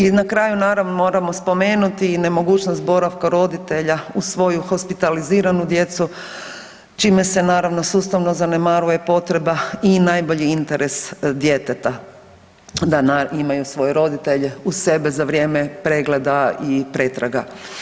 I na kraju naravno moramo spomenuti i nemogućnost boravka roditelja uz svoju hospitaliziranu djecu čime se naravno sustavno zanemaruje potreba i najbolji interes djeteta da imaju svoje roditelje uz svoje za vrijeme pregleda i pretraga.